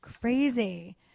crazy